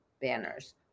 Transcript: banners